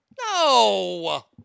No